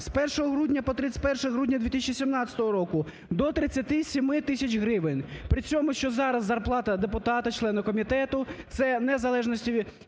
З 1 грудня по 31 грудня 2017 року – до 37 тисяч гривень. При цьому, що зараз зарплата депутата, члена комітету, це в незалежності,